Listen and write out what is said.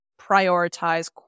prioritize